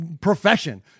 profession